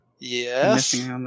Yes